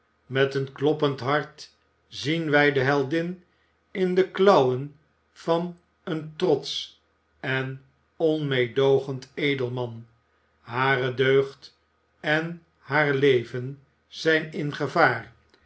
met een kloppend hart zien wij de heldin in de klauwen van een trotsch en onmeedoogend edelman hare deugd en haar leven zijn in gevaar